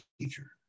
teacher